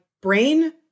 brain